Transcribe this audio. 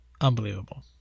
Unbelievable